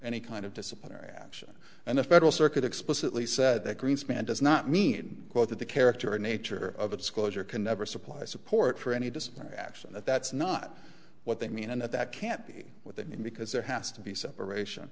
any kind of disciplinary action and a federal circuit explicitly said that greenspan does not mean quote that the character nature of a disclosure can never supply support for any disciplinary action that that's not what they mean and that that can't be with him because there has to be separation